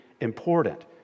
important